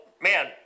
man